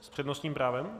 S přednostním právem?